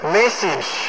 message